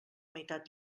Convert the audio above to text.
meitat